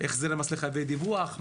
החזרי מס לחייבי דיווח,